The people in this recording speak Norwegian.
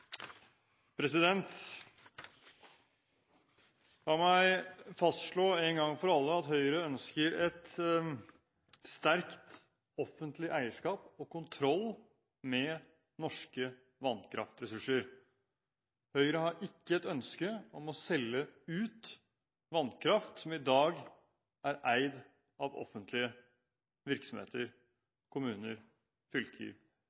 dag. La meg fastslå en gang for alle at Høyre ønsker et sterkt, offentlig eierskap og kontroll med norske vannkraftressurser. Høyre har ikke et ønske om å selge ut vannkraft som i dag er eid av offentlige virksomheter – kommuner, fylker